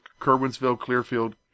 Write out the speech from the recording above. Kerwinsville-Clearfield